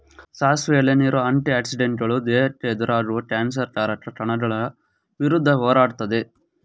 ಸಾಸಿವೆ ಎಲೆಲಿರೋ ಆಂಟಿ ಆಕ್ಸಿಡೆಂಟುಗಳು ದೇಹಕ್ಕೆ ಎದುರಾಗುವ ಕ್ಯಾನ್ಸರ್ ಕಾರಕ ಕಣಗಳ ವಿರುದ್ಧ ಹೋರಾಡ್ತದೆ